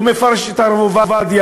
הוא מפרש את הרב עובדיה.